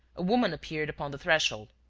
a woman appeared upon the threshold,